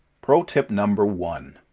pro tip number one,